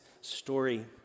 story